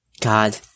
God